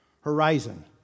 Horizon